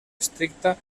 estricta